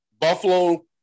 Buffalo